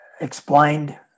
explained